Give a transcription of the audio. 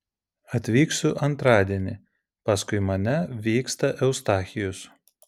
atvyksiu antradienį paskui mane vyksta eustachijus